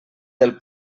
del